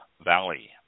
Valley